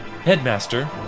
Headmaster